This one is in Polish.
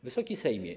Wysoki Sejmie!